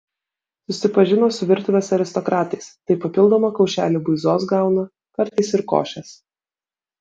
susipažino su virtuvės aristokratais tai papildomą kaušelį buizos gauna kartais ir košės